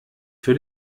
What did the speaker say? für